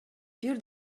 бир